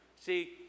See